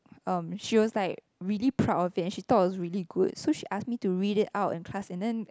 um she was like really proud of it and she thought it was really good so she ask me to read it out in class and then